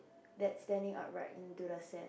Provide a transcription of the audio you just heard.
that's standing up right into the sand